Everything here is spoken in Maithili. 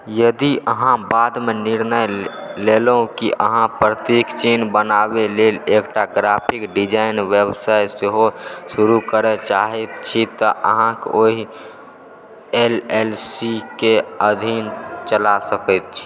यदि अहाँ बादमे निर्णय लेलहुँ कि अहाँ प्रतीक चिन्ह बनाबै लेल एकटा ग्राफिक डिजाइन व्यवसाय सेहो शुरू करै चाहैत छी तऽ अहाँकेँ ओहि एल एल सी के अधीन चला सकैत छी